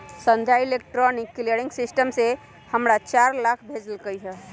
संध्या electronic clearing system से हमरा चार लाख भेज लकई ह